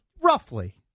roughly